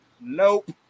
nope